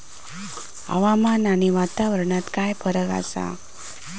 हवामान आणि वातावरणात काय फरक असा?